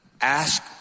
ask